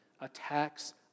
attacks